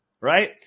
right